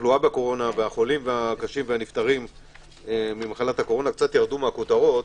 התחלואה בקורונה והחולים הקשים והנפטרים מהקורונה - קצת ירדו מהכותרות,